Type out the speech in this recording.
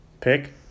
pick